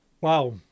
Wow